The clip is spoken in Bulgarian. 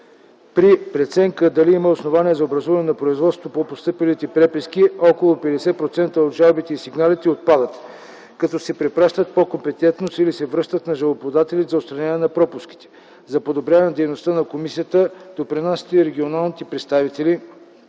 При преценка дали има основание за образуване на производство по постъпилите преписки, около 50 % от жалбите и сигналите отпадат, като се препращат по компетентност или се връщат на жалбоподателите за отстраняване на пропуски. За подобряване дейността на комисията допринасят и регионалните представители